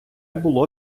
було